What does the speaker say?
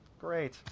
Great